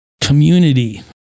community